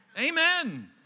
Amen